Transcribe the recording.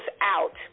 out